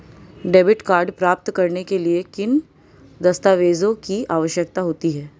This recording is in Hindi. डेबिट कार्ड प्राप्त करने के लिए किन दस्तावेज़ों की आवश्यकता होती है?